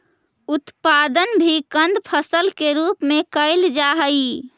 उत्पादन भी कंद फसल के रूप में कैल जा हइ